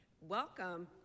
welcome